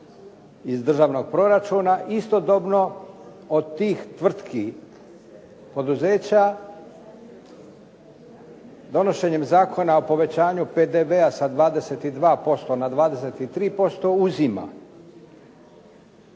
iz državnog proračuna. Istodobno od tih tvrtki, poduzeća donošenjem Zakona o povećanju PDV-a sa 22% na 23% uzima,